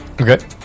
Okay